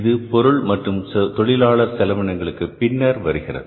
இது பொருள் மற்றும் தொழிலாளர் செலவினங்களுக்கு பின்னர் வருகிறது